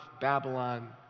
Babylon